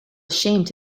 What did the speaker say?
ashamed